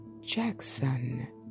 Jackson